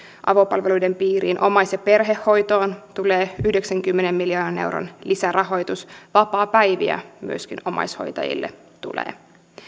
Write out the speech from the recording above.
avopalveluiden piiriin omais ja perhehoitoon tulee yhdeksänkymmenen miljoonan euron lisärahoitus vapaapäiviä myöskin omaishoitajille tulee